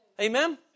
Amen